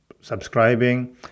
subscribing